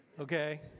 Okay